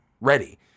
ready